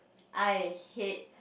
I hate